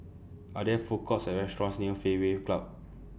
Are There Food Courts Or restaurants near Fairway Club